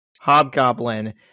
Hobgoblin